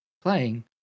playing